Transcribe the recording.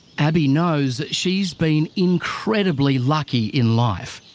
abii knows that she's been incredibly lucky in life.